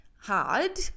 hard